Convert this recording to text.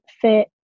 fit